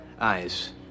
eyes